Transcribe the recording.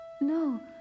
No